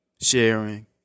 sharing